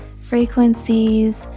frequencies